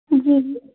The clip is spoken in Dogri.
जी जी